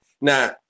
Now